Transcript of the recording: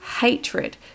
hatred